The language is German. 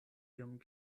ihrem